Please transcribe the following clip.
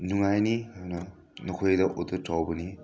ꯅꯨꯡꯉꯥꯏꯅꯤ ꯑꯗꯨꯅ ꯅꯈꯣꯏꯗ ꯑꯣꯗꯔ ꯇꯧꯕꯅꯤ